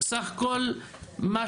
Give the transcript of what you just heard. זה